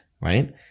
right